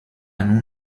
nous